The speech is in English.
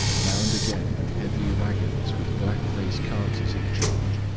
now and again heavy wagons, with black-faced carters in charge,